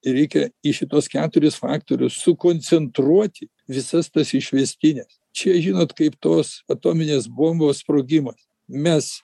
reikia į šituos keturis faktorius sukoncentruoti visas tas išvestines čia žinot kaip tos atominės bombos sprogimas mes